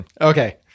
Okay